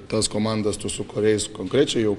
tas komandas tu su kuriais konkrečiai jau